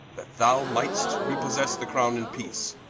that thou might'st repossesse the crowne in peace,